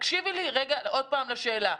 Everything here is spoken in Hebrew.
תקשיבי עוד פעם לשאלה.